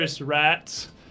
rats